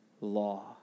law